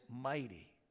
mighty